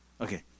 Okay